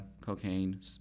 cocaine